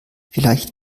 vielleicht